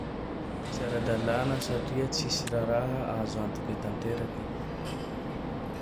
Tsy ara-dalàna satria tsisy raraha azo antoky tanterake.